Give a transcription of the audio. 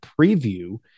preview